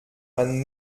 man